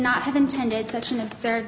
not have intended such an absurd